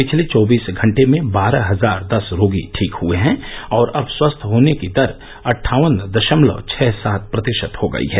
पिछले चौबीस घंटे में बारह हजार दस रोगी ठीक हए हैं और अब स्वस्थ होने की दर अटठावन दशमलव छह सात प्रतिशत हो गई है